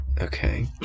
Okay